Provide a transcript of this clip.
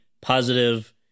positive